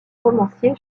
romancier